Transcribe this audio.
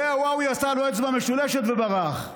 ווואווי עשה לו אצבע משולשת וברח.